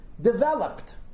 developed